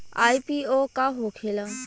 IPO का होखेला?